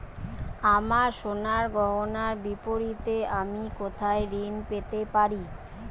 আমার সোনার গয়নার বিপরীতে আমি কোথায় ঋণ পেতে পারি?